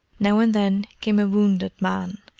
now and then came a wounded man,